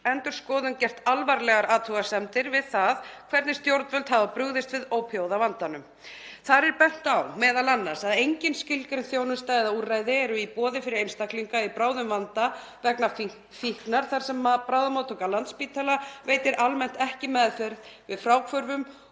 Ríkisendurskoðun gert alvarlegar athugasemdir við það hvernig stjórnvöld hafa brugðist við ópíóíðavandanum. Þar er bent á m.a. að engin skilgreind þjónusta eða úrræði eru í boði fyrir einstaklinga í bráðum vanda vegna fíknar þar sem bráðamóttaka Landspítala veitir almennt ekki meðferð við fráhvörfum